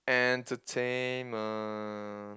entertainment